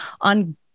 on